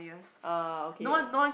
ah okay